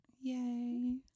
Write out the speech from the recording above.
Yay